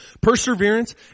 Perseverance